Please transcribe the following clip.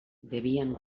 debian